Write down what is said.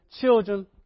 children